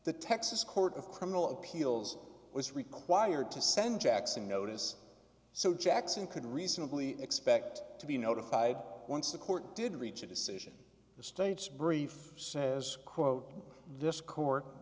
the texas court of criminal appeals was required to send jackson notice so jackson could reasonably expect to be notified once the court did reach a decision the state's brief says quote this court